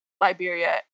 Liberia